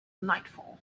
nightfall